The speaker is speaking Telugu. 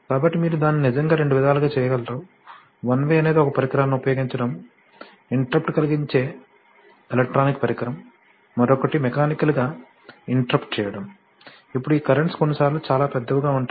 కాబట్టి మీరు దీన్ని నిజంగా రెండు విధాలుగా చేయగలరు వన్ వే అనేది ఒక పరికరాన్ని ఉపయోగించడం ఇంటెర్రప్ట్ కలిగించే ఎలక్ట్రానిక్ పరికరం మరొకటి మెకానికల్ గా ఇంటెర్రప్ట్ చేయడం ఇప్పుడు ఈ కరెంట్స్ కొన్నిసార్లు చాలా పెద్దవిగా ఉంటాయి